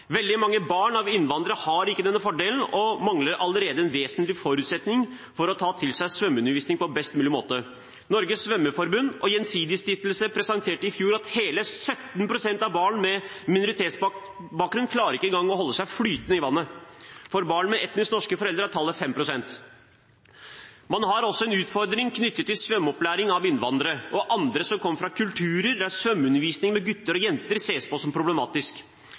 Veldig mange barn av innvandrere har ikke denne fordelen og mangler da allerede en vesentlig forutsetning for å ta til seg svømmeundervisning på best mulig måte. Norges Svømmeforbund og Gjensidigestiftelsen presenterte i fjor at hele 17 pst. av barn med minoritetsbakgrunn ikke engang klarer å holde seg flytende i vannet. For barn med etnisk norske foreldre er tallet 5 pst. Man har også en utfordring knyttet til svømmeopplæring for innvandrere og andre som kommer fra kulturer der svømmeundervisning med gutter og jenter sammen ses på som problematisk.